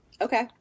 Okay